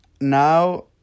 Now